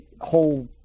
whole